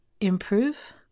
improve